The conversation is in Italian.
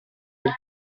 del